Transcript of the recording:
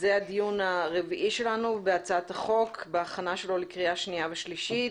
זה הדיון הרביעי שלנו בהצעת החוק בהכנתו לקריאה שנייה ושלישית.